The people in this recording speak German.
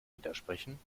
widersprechen